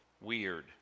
weird